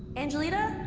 angelita?